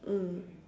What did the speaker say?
mm